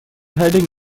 heading